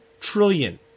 trillion